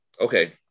Okay